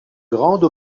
grande